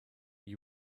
you